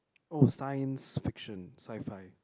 oh science fiction scifi